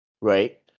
right